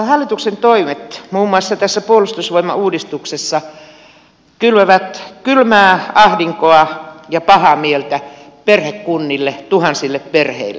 hallituksen toimet muun muassa tässä puolustusvoimauudistuksessa kylvävät kylmää ahdinkoa ja pahaa mieltä perhekunnille tuhansille perheille